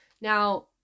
now